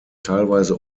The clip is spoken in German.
teilweise